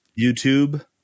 youtube